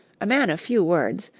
a man of few words,